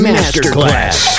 Masterclass